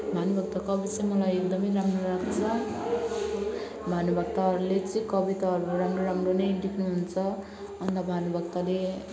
भानुभक्त कवि चाहिँ मलाई एकदम राम्रो लाग्छ भानुभक्तहरूले चाहिँ कविताहरू राम्रो राम्रो नै लेख्नु हुन्छ अन्त भानुभक्तले